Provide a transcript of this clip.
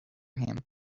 him